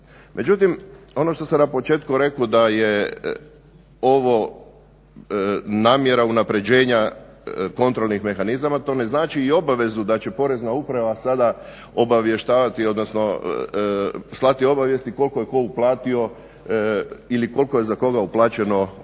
Međutim, ono što sam na početku rekao da je ovo namjera unapređenja kontrolnih mehanizama, to ne znači i obavezu da će Porezna uprava sada obavještavati, odnosno slati obavijesti koliko je tko uplatio ili koliko je za koga uplaćeno doprinosa.